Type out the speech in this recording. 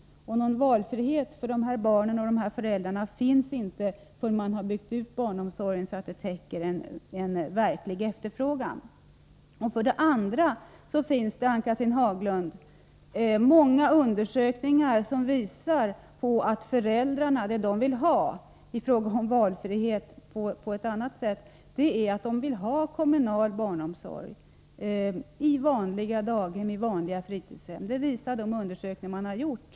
Någon valfrihet finns inte för de barnen och de föräldrarna förrän man har byggt ut barnomsorgen så att den täcker den verkliga efterfrågan. Vidare finns det, Ann-Cathrine Haglund, många undersökningar som visar att föräldrarna vill ha kommunal barnomsorg — det är valfrihet på ett annat sätt — i vanliga daghem, i vanliga fritidshem. Det visar de undersökningar som har gjorts.